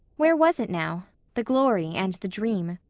where was it now the glory and the dream?